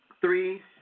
three